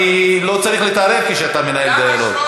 אני לא צריך להתערב כשאתה מנהל דיאלוג.